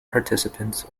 participants